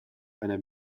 einer